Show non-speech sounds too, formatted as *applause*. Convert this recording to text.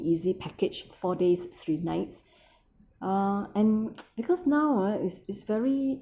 easy package four days three nights *breath* uh and *noise* because now ah is is very